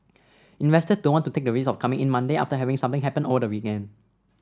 investors don't want to take the risk of coming in Monday after having something happen over the weekend